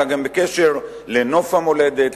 אלא גם בקשר לנוף המולדת,